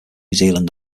zealand